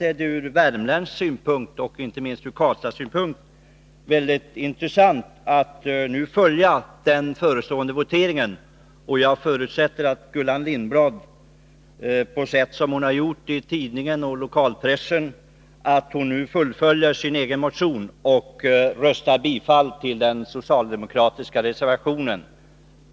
Från värmländsk synpunkt och inte minst från Karlstads synpunkt är det självfallet mycket intressant att följa den förestående voteringen. Jag förutsätter, med hänsyn till de uttalanden som Gullan Lindblad har gjort i lokalpressen, att hon nu fullföljer sin motion och röstar på den socialdemokratiska reservationen 1.